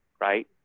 Right